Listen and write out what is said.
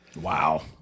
Wow